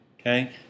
okay